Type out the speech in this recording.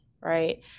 right